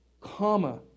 comma